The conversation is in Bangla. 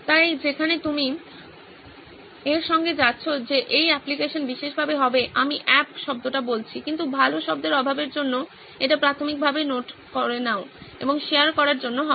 তাই যেখানে তুমি এর সঙ্গে যাচ্ছ যে এই অ্যাপ্লিকেশন বিশেষভাবে হবে আমি অ্যাপ শব্দটা বলছি কিন্তু ভাল শব্দের অভাবের জন্য এটি প্রাথমিকভাবে নোট নেওয়া এবং শেয়ার করার জন্য হবে